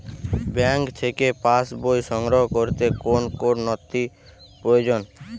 Bank থেকে pass বই সংগ্রহ করতে কোন কোন নথি প্রয়োজন?